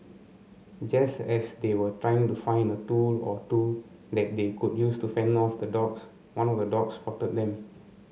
just as they were trying to find a tool or two that they could use to fend off the dogs one of the dogs spotted them